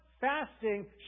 Fasting